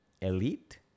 elite